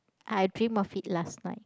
I dream of it last night